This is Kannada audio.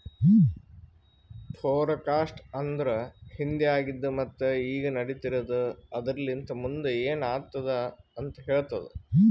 ಫೋರಕಾಸ್ಟ್ ಅಂದುರ್ ಹಿಂದೆ ಆಗಿದ್ ಮತ್ತ ಈಗ ನಡಿತಿರದ್ ಆದರಲಿಂತ್ ಮುಂದ್ ಏನ್ ಆತ್ತುದ ಅಂತ್ ಹೇಳ್ತದ